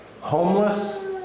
homeless